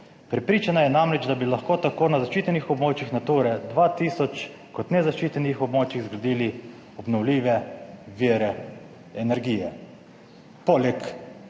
Prepričana je namreč, da bi lahko tako na zaščitenih območjih Nature 2000 kot nezaščitenih območjih zgradili obnovljive vire energije. Poleg,